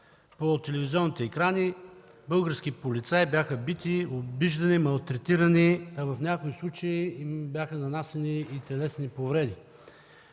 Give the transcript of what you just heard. по телевизионните екрани – български полицаи бяха бити, обиждани, малтретирани, а в някои случаи им бяха нанасяни и телесни повреди.